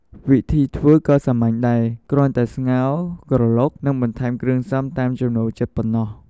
វិធីធ្វើក៏សាមញ្ញដែរ គ្រាន់តែស្ងោរ ក្រឡុក និងបន្ថែមគ្រឿងផ្សំតាមចំណូលចិត្តប៉ុណ្ណោះ។